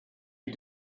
you